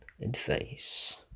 advice